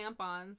tampons